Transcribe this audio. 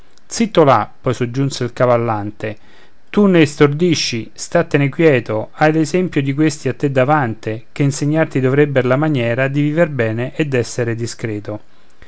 zitto là poi soggiunse il cavallante tu ne stordisci stattene quieto hai l'esempio di questi a te davante che insegnarti dovrebber la maniera di viver bene e d'essere discreto